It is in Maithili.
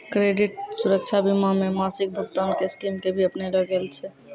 क्रेडित सुरक्षा बीमा मे मासिक भुगतान के स्कीम के भी अपनैलो गेल छै